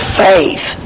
faith